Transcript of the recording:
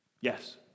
Yes